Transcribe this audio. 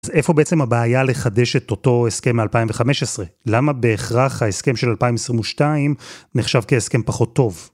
אז איפה בעצם הבעיה לחדש את אותו הסכם מ-2015? למה בהכרח ההסכם של 2022 נחשב כהסכם פחות טוב?